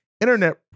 internet